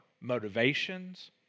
motivations